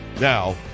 Now